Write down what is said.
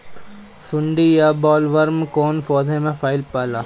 सुंडी या बॉलवर्म कौन पौधा में पाइल जाला?